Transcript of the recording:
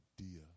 idea